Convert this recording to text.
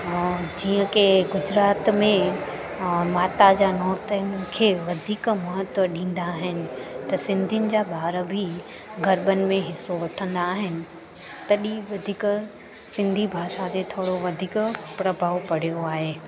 जीअं की गुजरात में माता जा नोरतन खे वधीक महत्वु ॾींदा आहिनि त सिंधियुनि जा ॿार बि गरबनि में हिसो वठंदा आहिनि तॾहिं वधीक सिंधी भाषा ते थोरो वधीक प्रभाव पियो आहे